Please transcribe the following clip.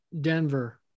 Denver